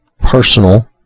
personal